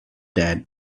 that